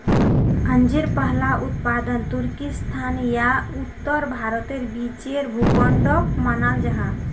अंजीर पहला उत्पादन तुर्किस्तान या उत्तर भारतेर बीचेर भूखंडोक मानाल जाहा